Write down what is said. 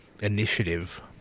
Initiative